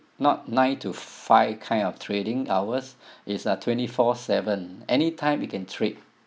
not nine to five kind of trading hours it's uh twenty four seven anytime you can trade